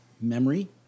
memory